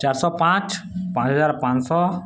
ଚାରିଶହ ପାଞ୍ଚ ପାଞ୍ଚ ହଜାର ପାଞ୍ଚଶହ